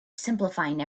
simplifying